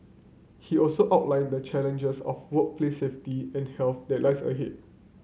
he also outlined the challenges of workplace safety and health that lies ahead